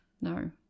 No